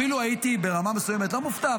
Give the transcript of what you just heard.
אפילו ברמה מסוימת הייתי לא מופתע,